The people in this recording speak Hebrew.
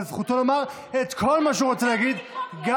אבל זכותו לומר את כל מה שהוא רוצה להגיד גם,